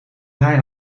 vrij